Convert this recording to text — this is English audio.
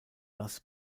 thus